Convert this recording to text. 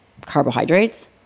carbohydrates